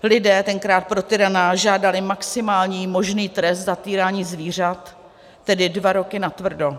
Lidé tenkrát pro tyrana žádali maximální možný trest za týrání zvířat, tedy dva roky natvrdo.